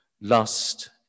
lust